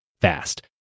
fast